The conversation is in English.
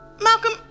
Malcolm